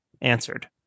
answered